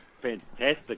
fantastic